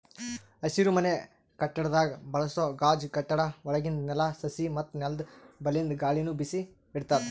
ಹಸಿರುಮನೆ ಕಟ್ಟಡದಾಗ್ ಬಳಸೋ ಗಾಜ್ ಕಟ್ಟಡ ಒಳಗಿಂದ್ ನೆಲ, ಸಸಿ ಮತ್ತ್ ನೆಲ್ದ ಬಲ್ಲಿಂದ್ ಗಾಳಿನು ಬಿಸಿ ಇಡ್ತದ್